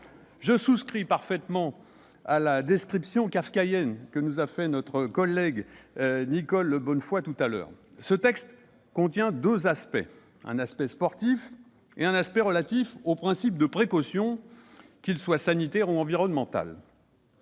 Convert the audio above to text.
je souscris parfaitement à la description kafkaïenne qu'a faite notre collègue Nicole Bonnefoy. Ce texte contient deux aspects : un aspect sportif et un aspect relatif au principe de précaution, qu'il soit sanitaire ou environnemental.